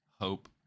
hope